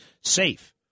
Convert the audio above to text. safe